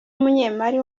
umunyemari